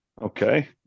Okay